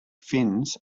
fins